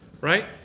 Right